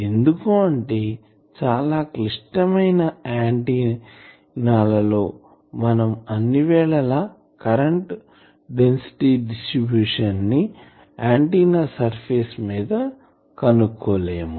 ఎందుకు అంటే చాలా క్లిష్టమైన ఆంటిన్నా లా లో మనం అన్ని వేళల కరెంటు డెన్సిటీ డిస్ట్రిబ్యూషన్ ని ఆంటిన్నా సర్ఫేస్ మీద కనుక్కోలేము